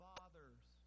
Fathers